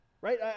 Right